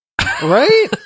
Right